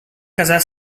casar